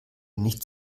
nicht